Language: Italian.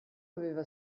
aveva